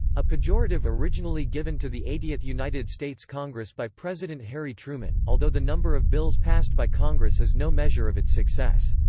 a pejorative originally given to the eightieth united states congress by president harry truman, although the number of bills passed by congress is no measure of its success.